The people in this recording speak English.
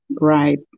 right